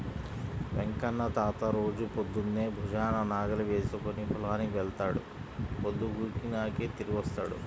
వెంకన్న తాత రోజూ పొద్దన్నే భుజాన నాగలి వేసుకుని పొలానికి వెళ్తాడు, పొద్దుగూకినాకే తిరిగొత్తాడు